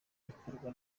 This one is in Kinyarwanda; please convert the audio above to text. bikorwa